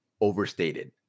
overstated